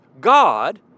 God